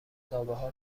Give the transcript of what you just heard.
تابحال